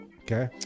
Okay